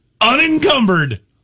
unencumbered